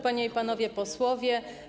Panie i Panowie Posłowie!